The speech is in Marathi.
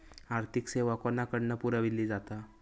आर्थिक सेवा कोणाकडन पुरविली जाता?